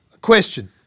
Question